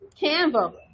Canva